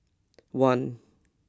one